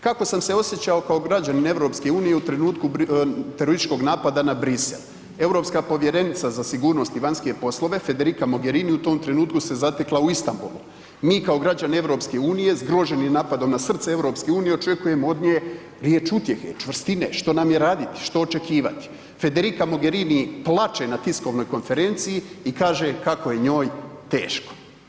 Kako sam se osjećao kao građanin EU u trenutku terorističkog napada na Bruxelles, europska povjerenica za sigurnost i vanjske poslove Federica Mogherini u tom trenutku se zatekla u Istambulu, mi kao građani EU zgroženi napadom na srce EU očekujemo od nje riječ utjehe, čvrstine, što nam je raditi, što očekivati, Federica Mogherini plače na tiskovnoj konferenciji i kaže kako je njoj teško.